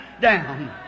down